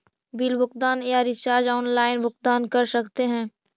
Bill भुगतान या recharge online भुगतान कर सकते हैं?